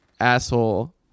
asshole